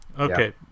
okay